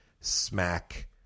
smack